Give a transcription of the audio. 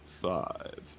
five